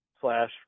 slash